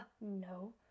no